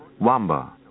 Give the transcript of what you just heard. Wamba